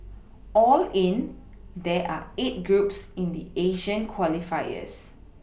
all in there are eight groups in the Asian qualifiers